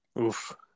Oof